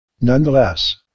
Nonetheless